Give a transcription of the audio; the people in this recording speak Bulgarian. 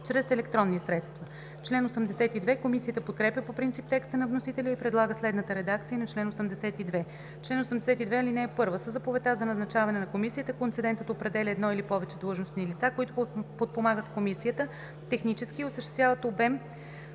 чрез електронни средства.“ Комисията подкрепя по принцип текста на вносителя и предлага следната редакция на чл. 82: „Чл. 82. (1) Със заповедта за назначаване на комисията концедентът определя едно или повече длъжностни лица, които подпомагат комисията технически и осъществяват обмен